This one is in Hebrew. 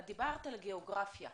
את דיברת על גיאוגרפיה.